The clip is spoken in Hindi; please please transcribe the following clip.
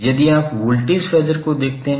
यदि आप वोल्टेज फेजर को देखते हैं